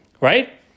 right